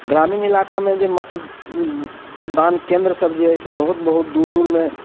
ग्रामीण इलाकामे जे मत दान केंद्र सब जे अइ से बहुत बहुत दूर दूरमे